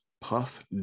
Puff